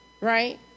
right